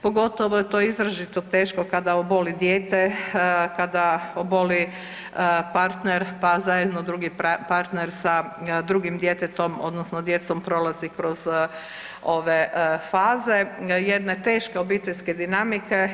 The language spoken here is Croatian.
Pogotovo to je izrazito teško kada oboli dijete, kada oboli partner pa zajedno drugi partner sa drugim djetetom, odnosno djecom prolazi kroz ove faze jedne teške obiteljske dinamike.